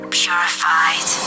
purified